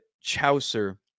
Chaucer